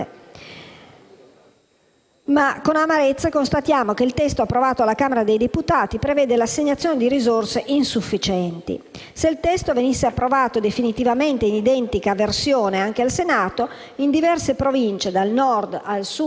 Se il testo venisse approvato definitivamente in identica versione anche al Senato, in diverse Province dal Nord al Sud del Paese saranno inesorabili le decisioni di chiusure di scuole e strade, per l'impossibilità di intervenire per la messa in sicurezza.